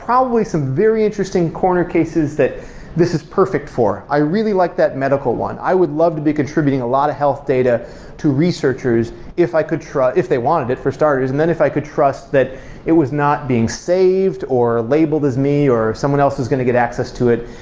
probably some very interesting corner cases that this is perfect for. i really like that medical one. i would love to be contributing a lot of health data to researchers if i could if they wanted it for starters, and then if i could trust that it was not being saved, or labeled as me, or someone else is going to get access to it.